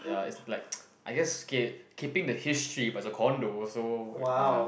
ya is like I guess k keeping the history but as a condo so uh